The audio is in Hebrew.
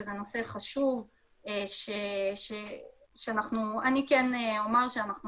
שזה נושא חשוב שאנחנו אני כן אומר שאנחנו